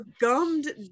gummed